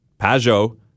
Pajot